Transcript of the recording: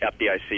FDIC